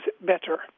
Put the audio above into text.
better